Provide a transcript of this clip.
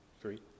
three